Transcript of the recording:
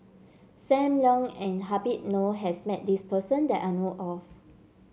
Sam Leong and Habib Noh has met this person that I know of